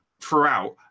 throughout